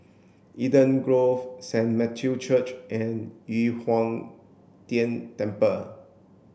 Eden Grove Saint Matthew's Church and Yu Huang Tian Temple